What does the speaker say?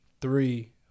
three